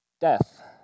death